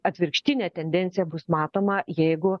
atvirkštinė tendencija bus matoma jeigu